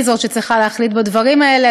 היא זאת שצריכה להחליט בדברים האלה,